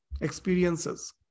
experiences